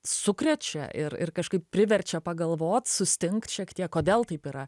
sukrečia ir ir kažkaip priverčia pagalvot sustingt šiek tiek kodėl taip yra